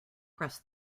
press